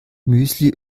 müsli